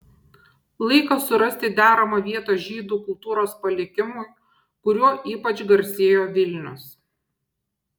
laikas surasti deramą vietą žydų kultūros palikimui kuriuo ypač garsėjo vilnius